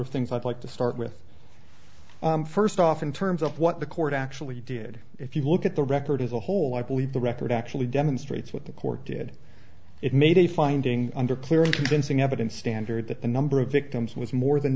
of things i'd like to start with first off in terms of what the court actually did if you look at the record as a whole i believe the record actually demonstrates what the court did it made a finding under clear and convincing evidence standard that the number of victims was more than